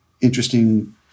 interesting